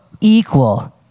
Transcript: equal